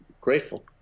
Grateful